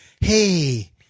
Hey